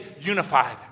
unified